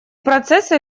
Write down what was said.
процессы